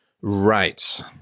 Right